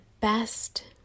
Best